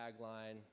tagline